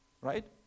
Right